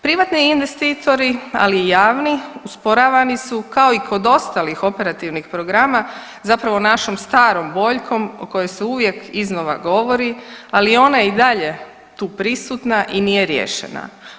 Privatni investitori, ali i javni usporavani su kao i kod ostalih operativnih programa zapravo našom starom boljkom o kojoj se uvijek iznova govori, ali ona je i dalje tu prisutna i nije riješena.